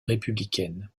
républicaine